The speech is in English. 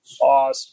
awesome